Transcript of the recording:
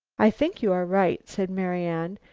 i think you are right, said marian,